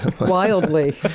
Wildly